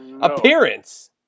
appearance